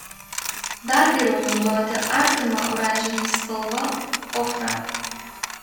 dar geriau naudoti artimą oranžinei spalvą ochrą